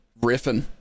riffing